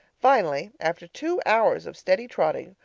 finally, after two hours of steady trotting,